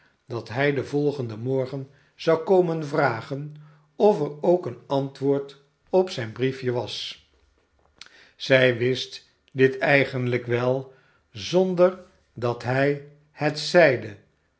dat hij den volgenden morgen zou komen vragen of er ook een antwoord op zijn briefje was zij wist dit eigenlijk wel zonder dat hij het zeide